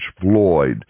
Floyd